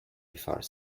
before